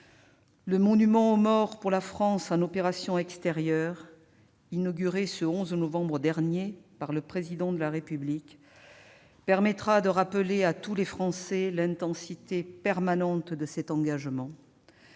Le monument aux morts pour la France en opérations extérieures inauguré le 11 novembre dernier par le Président de la République permettra de rappeler à tous les Français l'intensité permanente de cet engagement,